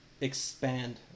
expand